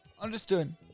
Understood